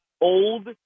old